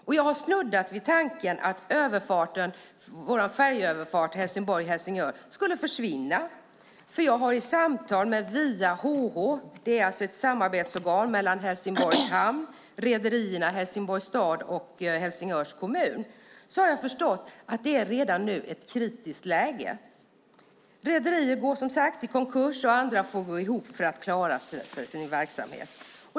Och jag har snuddat vid tanken att vår färjeöverfart Helsingborg-Helsingör skulle försvinna, för jag har genom samtal med Via HH, ett samarbetsorgan för Helsingborgs hamn, rederierna, Helsingborgs stad och Helsingörs kommun, förstått att det redan nu är ett kritiskt läge. Rederier går som sagt i konkurs och andra får gå ihop för att klara sin verksamhet.